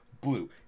blue